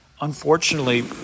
unfortunately